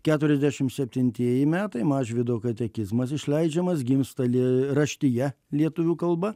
keturiasdešim septintieji metai mažvydo katekizmas išleidžiamas gimsta lie raštija lietuvių kalba